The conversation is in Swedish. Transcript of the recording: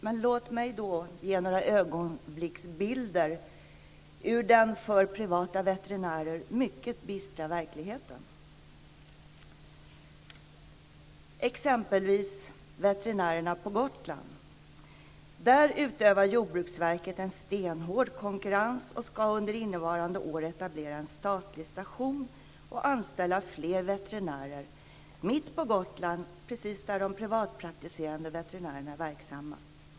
Men låt mig då ge några ögonblicksbilder ur den för privata veterinärer mycket bistra verkligheten. Jag ska ta ett exempel från Gotland. Där utövar Jordbruksverket en stenhård konkurrens och ska under innevarande år etablera en statlig station och anställa fler veterinärer mitt på Gotland, precis där de privatpraktiserande veterinärerna är verksamma.